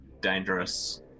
dangerous